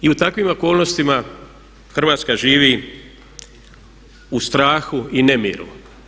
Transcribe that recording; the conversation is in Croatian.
I u takvim okolnostima Hrvatska živi u strahu i nemiru.